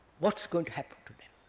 what is going to happen to them?